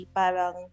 parang